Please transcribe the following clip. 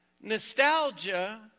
Nostalgia